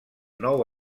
nou